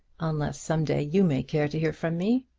unless some day you may care to hear from me.